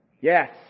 Yes